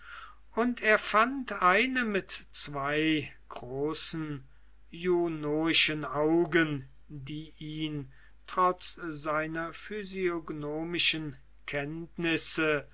und fand eine mit zwei großen junonischen augen die ihn trotz seiner physiognomischen kenntnisse